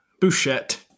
Bouchette